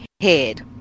head